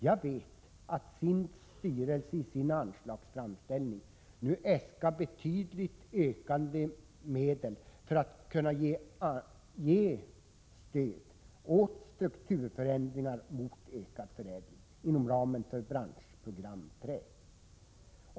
Jag vet att SIND:s styrelse i sin anslagsframställning nu äskar betydligt ökade medel för att kunna stödja strukturförändringar mot ökad förädling inom ramen för Branschprogram trä.